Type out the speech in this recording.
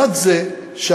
עכשיו, לצד זה שהמדינה,